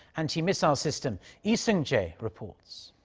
anti-missile system. lee seung-jae reports.